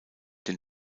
den